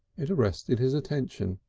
it arrested his attention,